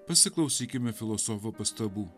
pasiklausykime filosofo pastabų